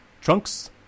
Trunks